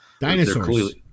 Dinosaurs